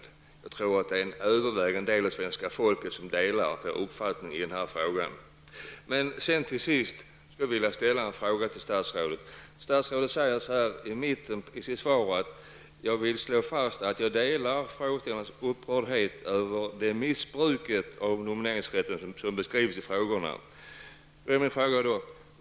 Jag tror också att en övervägande del av svenska folket delar min uppfattning i den frågan. Statsrådet säger att hon vill slå fast att hon delar frågeställarnas upprördhet över det missbruk av nomineringsrätten som beskrivs i frågorna.